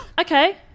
Okay